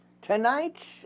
tonight